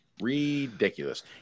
Ridiculous